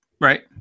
Right